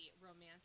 romantic